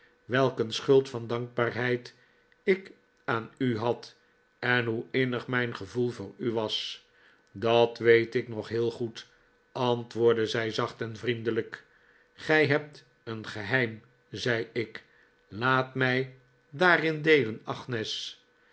welk een schuld van dankbaarheid ik aan u had en hoe innig mijn gevoel voor u was dat weet ik nog heel goed antwoordde zij zacht en vriendelijk gij hebt een geheim zei ik laat mij daarin deelen agnes